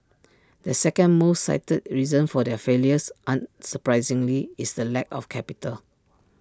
the second most cited reason for their failures unsurprisingly is the lack of capital